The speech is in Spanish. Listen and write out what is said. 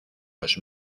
los